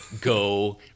go